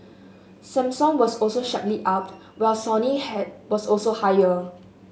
Samsung was also sharply up while Sony was also higher